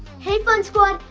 hey fun squad,